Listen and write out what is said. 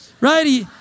Right